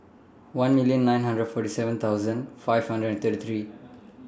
one million nine hundred forty seven thousand five hundred and thirty three